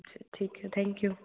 अच्छा ठीक है थैंक यू